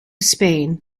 spain